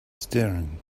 staring